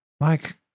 Like-